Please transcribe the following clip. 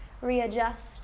readjust